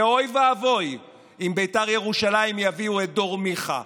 אוי ואבוי אם בית"ר ירושלים יביאו את דור מיכה,